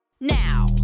now